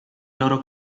loro